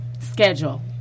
Schedule